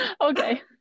Okay